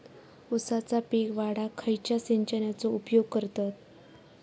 ऊसाचा पीक वाढाक खयच्या सिंचनाचो उपयोग करतत?